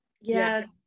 Yes